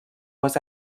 was